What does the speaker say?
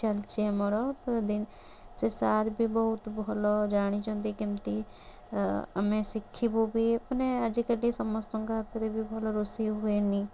ଚାଲିଛି ଆମର ସେ ସାର୍ ବି ବହୁତ ଭଲ ଜାଣିଛନ୍ତି କେମିତି ଆମେ ଶିଖିବୁ ବି ମାନେ ଆଜିକାଲି ସମସ୍ତଙ୍କ ହାତରେ ବି ଭଲ ରୋଷେଇ ହୁଏନି